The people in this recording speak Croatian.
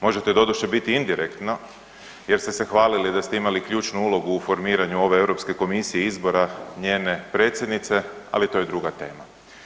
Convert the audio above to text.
Možete, doduše, biti indirektno jer ste se hvalili da ste imali ključnu ulogu u formiranju ove EU komisije i izbora njene predsjednice, ali to je druga tema.